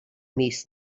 mis